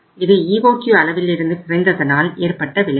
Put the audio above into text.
இது EOQ அளவிலிருந்து குறைந்ததனால் ஏற்பட்ட விளைவு